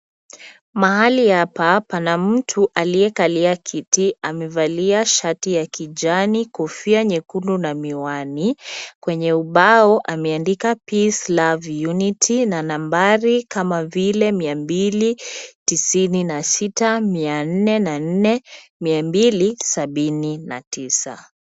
Mahali hapa pana mtu aliyekalia kiti, amevalia shati ya kijani, kofia nyekundu na miwani. Kwenye ubao ameandika peace, love, unity na nambari kama vile mia mbili tisini na sita, mia nne na nne, mia mbili sabini na tisa.